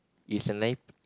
is a ni~